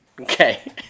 Okay